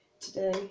today